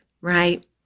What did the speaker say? right